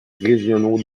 régionaux